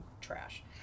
trash